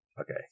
okay